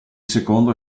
secondo